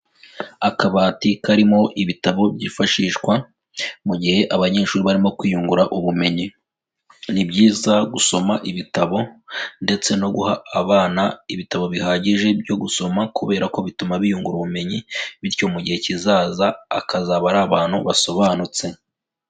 Akabati karimo ibitabo byifashishwa mu gihe abanyeshuri barimo kwiyungura ubumenyi, ni byiza gusoma ibitabo ndetse no guha abana ibitabo bihagije byo gusoma, kubera ko bituma biyungura ubumenyi bityo mu gihe kizaza akazaba ari abantu basobanutse.